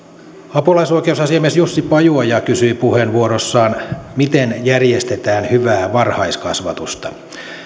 apulaisoikeusasiamies jussi pajuoja kysyi puheenvuorossaan miten järjestetään hyvää varhaiskasvatusta